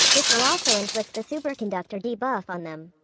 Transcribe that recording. this will also inflict the superconductor debuff on them.